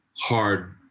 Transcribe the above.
hard